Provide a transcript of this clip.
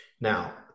Now